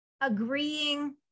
agreeing